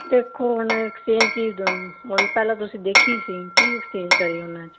ਦੇਖੋ ਹੁਣ ਐਕਸਚੇਂਜ ਕੀ ਦਾਂ ਹੁਣ ਪਹਿਲਾਂ ਤੁਸੀਂ ਦੇਖੀ ਸੀ ਕੀ ਐਕਸਚੇਂਜ ਕਰੀਏ ਉਨ੍ਹਾਂ 'ਚ